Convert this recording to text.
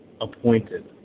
appointed